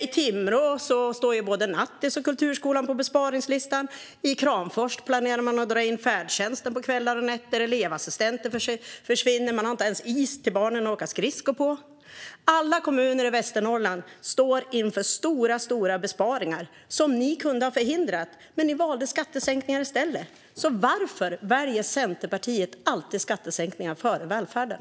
I Timrå står både nattis och kulturskolan på besparingslistan. I Kramfors planerar man att dra in färdtjänsten på kvällar och nätter. Elevassistenter försvinner. Man har inte ens is för barnen att åka skridskor på. Alla kommuner i Västernorrland står inför stora besparingar som ni hade kunnat förhindra, men ni valde skattesänkningar i stället. Varför väljer Centerpartiet alltid skattesänkningar före välfärden?